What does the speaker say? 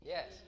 Yes